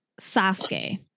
Sasuke